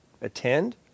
attend